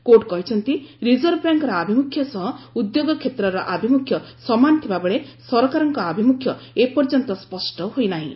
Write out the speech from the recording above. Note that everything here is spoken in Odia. କୋର୍ଟ କହିଛନ୍ତି ରିଜର୍ଭ ବ୍ୟାଙ୍କର ଆଭିମୁଖ୍ୟ ସହ ଉଦ୍ୟୋଗ କ୍ଷେତ୍ରର ଆଭିମୁଖ୍ୟ ସମାନ ଥିବାବେଳେ ସରକାରଙ୍କ ଆଭିମୁଖ୍ୟ ଏପର୍ଯ୍ୟନ୍ତ ସ୍ୱଷ୍ଟ ହୋଇନାହିଁ